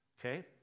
okay